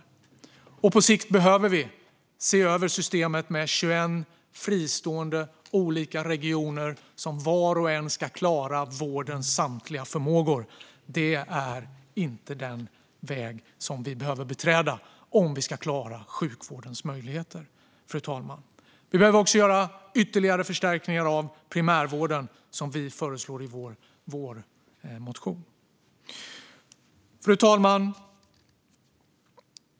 På sikt behöver vi se över systemet med 21 olika fristående regioner, som var och en ska klara vårdens samtliga förmågor. Det är inte den väg vi bör gå om vi ska klara sjukvårdens utmaningar, fru talman. Vi behöver också göra ytterligare förstärkningar av primärvården, som vi föreslår i vår vårmotion. Fru talman!